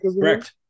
Correct